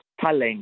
talent